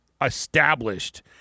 established